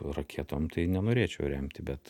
raketom tai nenorėčiau remti bet